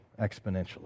exponentially